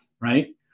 Right